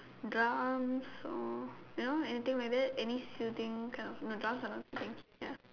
drums all you know anything like that any soothing kind of no drums are not